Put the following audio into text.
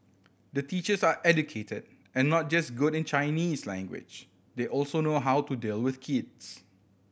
the teachers are educated and not just good in Chinese language they also know how to deal with kids